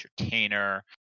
entertainer